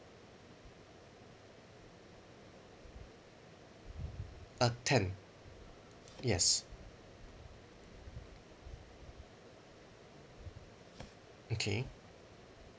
uh ten yes okay